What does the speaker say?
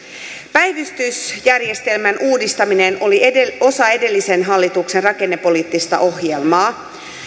päivystysjärjestelmän uudistaminen oli osa edellisen hallituksen rakennepoliittista ohjelmaa